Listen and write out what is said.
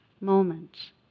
moments